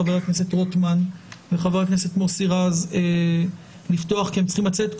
חבר הכנסת רוטמן וחבר הכנסת מוסי רז פתוח כי הם צריכים לצאת.